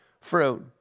fruit